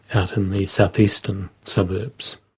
out in the south-eastern suburbs.